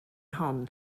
hon